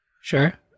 Sure